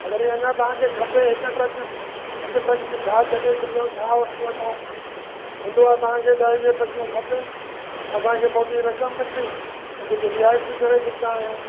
त वरी अञा तव्हांखे खपे हिक ट्रक हिक ट्रक में छा छॾे छॾियूं छा वठी वठूं हुंदो आहे तव्हांखे ॾह वीह ट्रकियूं खपनि असांखे मोटी रक़म मिलंदी त कुझ वाजिबी करे सघंदा आहियूं